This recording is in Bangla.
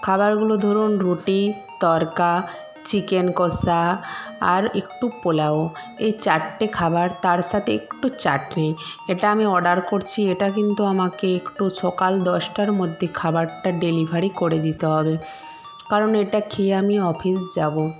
খাবারগুলো ধরুন রুটি তর্কা চিকেন কষা আর একটু পোলাও এই চারটে খাবার তার সাথে একটু চাটনি এটা আমি অর্ডার করছি এটা কিন্তু আমাকে একটু সকাল দশটার মধ্যে খাবারটা ডেলিভারি করে দিতে হবে কারণ এটা খেয়ে আমি অফিস যাব